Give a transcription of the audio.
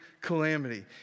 calamity